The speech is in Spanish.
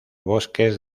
bosques